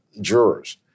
jurors